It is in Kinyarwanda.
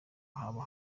haba